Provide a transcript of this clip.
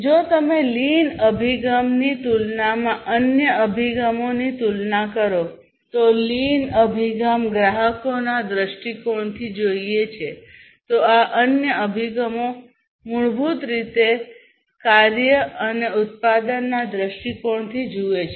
જો તમે લીન અભિગમની તુલનામાં અન્ય અભિગમોની તુલના કરો તો લીન અભિગમ ગ્રાહકોના દ્રષ્ટિકોણથી જોઈએ છે તો અન્ય અભિગમો મૂળભૂત રીતે કાર્ય અને ઉત્પાદનના દ્રષ્ટિકોણથી જુએ છે